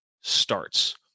starts